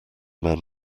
man